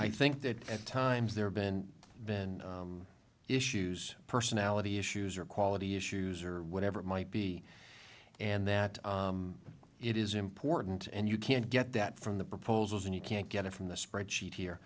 i think that at times there have been been issues personality issues or quality issues or whatever it might be and that it is important and you can't get that from the proposals and you can't get it from the spreadsheet here